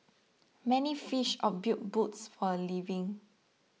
many fished or built boats for a living